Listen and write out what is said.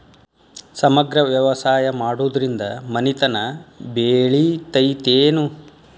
ಸಮಗ್ರ ವ್ಯವಸಾಯ ಮಾಡುದ್ರಿಂದ ಮನಿತನ ಬೇಳಿತೈತೇನು?